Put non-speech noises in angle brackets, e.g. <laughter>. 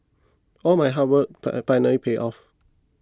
all my hard work <noise> finally paid off